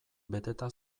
beteta